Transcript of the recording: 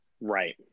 Right